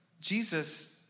Jesus